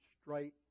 straight